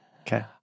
Okay